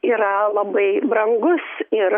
yra labai brangus ir